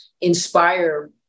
inspire